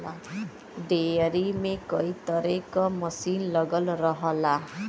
dairy में कई तरे क मसीन लगल रहला